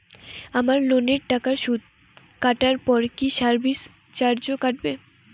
আমার লোনের টাকার সুদ কাটারপর কি সার্ভিস চার্জও কাটবে?